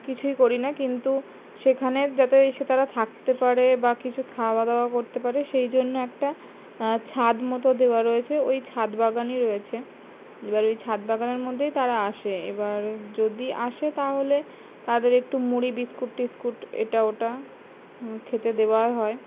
কিছুই করি না কিন্তু সেখানে যাতে এসে তারা থাকতে পারে বা কিছু খাওয়া দাওয়া করতে পারে সেই জন্য একটা ছাদ মতো দেওয়া রয়েছে ওই ছাদ বাগানই রয়েছে এবার ওই ছাদ বাগানের মধ্যেই তারা আসে এবার যদি আসে তাহলে তাদের একটু মুড়ি বিস্কুট টিস্কুট এটা ওটা খেতে দেওয়া হয়